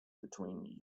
between